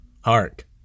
Hark